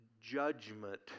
judgment